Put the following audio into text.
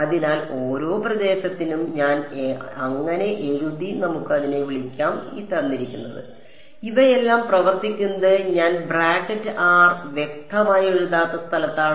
അതിനാൽ ഓരോ പ്രദേശത്തിനും ഞാൻ അങ്ങനെ എഴുതി നമുക്ക് അതിനെ വിളിക്കാം ഇവയെല്ലാം പ്രവർത്തിക്കുന്നത് ഞാൻ ബ്രാക്കറ്റ് r വ്യക്തമായി എഴുതാത്ത സ്ഥലത്താണ്